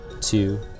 two